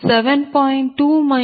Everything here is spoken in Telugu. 2 j1